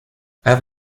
have